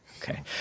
Okay